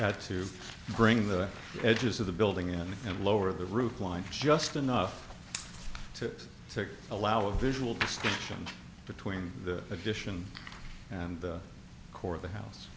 had to bring the edges of the building in and lower the roof line just enough to allow a visual distinction between the addition and core of the house